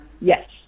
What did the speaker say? Yes